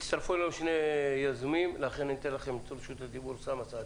הצטרפו אלינו שני חברי כנסת שיזמו את הדיון.